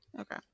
Okay